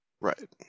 Right